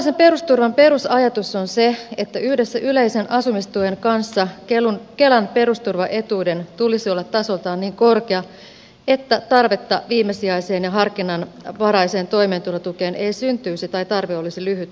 suomalaisen perusturvan perusajatus on se että yhdessä yleisen asumistuen kanssa kelan perusturvaetuuden tulisi olla tasoltaan niin korkea että tarvetta viimesijaiseen ja harkinnanvaraiseen toimeentulotukeen ei syntyisi tai tarve olisi lyhytaikainen